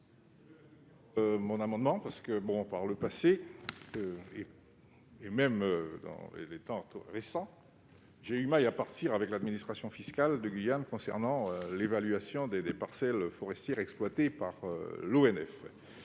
? Je dois dire que, par le passé et encore récemment, j'ai eu maille à partir avec l'administration fiscale de Guyane concernant l'évaluation des parcelles forestières exploitées par l'ONF.